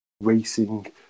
racing